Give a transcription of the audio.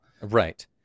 Right